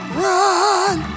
run